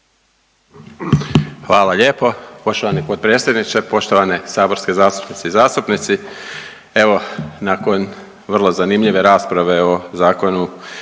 Hvala lijepo poštovani potpredsjedniče, poštovane saborske zastupnice i zastupnici. Evo nakon vrlo zanimljive rasprave o zakonu,